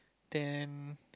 then